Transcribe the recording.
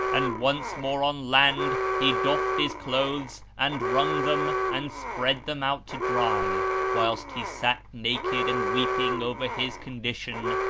and once more on land he doffed his clothes and wrung them and spread them out to dry whilst he sat naked and weeping over his condition,